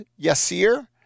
Yesir